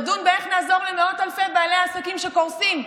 נדון באיך נעזור למאות אלפי בעלי העסקים שקורסים,